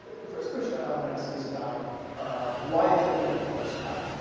the first question i want to ask is about why it didn't make the first cut.